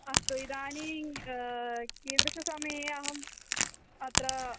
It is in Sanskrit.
अस्तु इदानीं कीदृशसमये अहम् अत्र